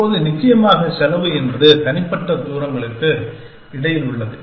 இப்போது நிச்சயமாக செலவு என்பது தனிப்பட்ட தூரங்களுக்கு இடையில் உள்ளது